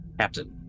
Captain